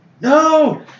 no